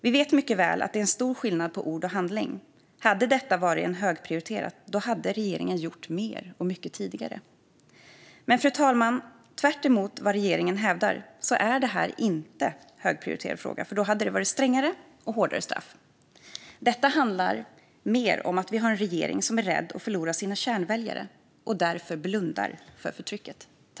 Vi vet mycket väl att det är en stor skillnad på ord och handling. Hade detta varit högprioriterat skulle regeringen ha gjort mer och mycket tidigare. Men, fru talman, tvärtemot vad regeringen hävdar är det här inte en högprioriterad fråga, för då hade det funnits strängare och hårdare straff. Detta handlar mer om att vi har en regering som är rädd för att förlora sina kärnväljare och därför blundar för förtrycket.